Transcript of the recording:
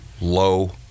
low